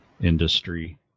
industry